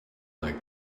like